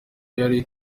yari